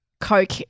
coke